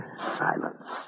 silence